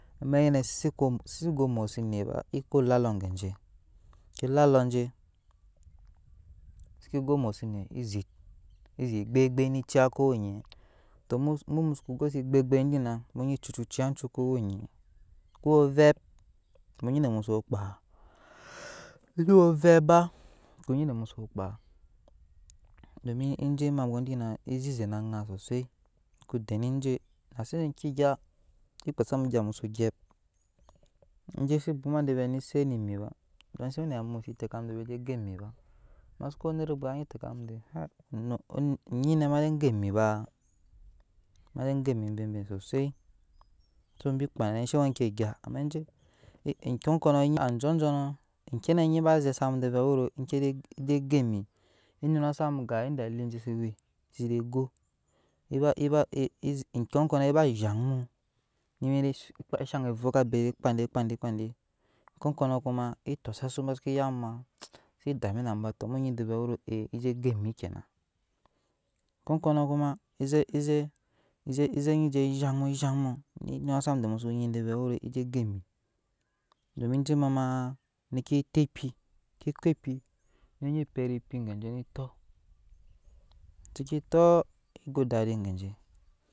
Amɛk nyi nɛ si go amo si onet ba eko lalo gaje lalo je si ke go omosi onet ezhit ezhit gbei agbei ne ciya ko we ŋae to mu zuku go se gbei agbei di na mu nyi cucu ciya cu kowe onye kuwo ovep na mu nyi ende mu so kpa kusi w vep ba ko nyi ede muso kpa domi eje abwo dina ezeze ana sosai ko den eje nase enk gya ekpa za mu egya mu so gyɛp eje se bwoma de vɛ ne set ne mi ba domi se we na amu se tekam vɛ ese ge mi ba ama so k we onet bwa anyi te kam de vɛ onyi nai baze emi baibai sosai se bii kpanɛ shɛ we enkeggya ama we ekuɔ kuɔnɔ ajojo nɔ enke ne eba ze sam de vɛ enke ze go emi enuna sam ga ede alije sewe seze go eba eba ekɔkɔnɔ eba zhaŋ mu zhan evom ga be eza kpa de kpa de kokɔnɔ kuma eto zi asu bokɔ oda mi na mu mu nyi de vɛ ezɛ go emi kyɛna kɔkɔnɔ kuma eze eze ze me ze zhan mu enuna zam de vɛn wero eze go emi domi jemama ne ke tɔ ekpi si ke ko ekpi ne nyi ɛt ekpi gaje ne to se ke tɔ enyi dadi geje.